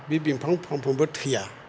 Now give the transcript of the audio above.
बि बिफां फांफ्रोमबो थैया